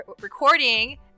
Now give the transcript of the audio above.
recording